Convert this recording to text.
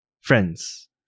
friends